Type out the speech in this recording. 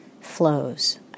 flows